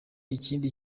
ikindi